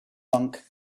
monk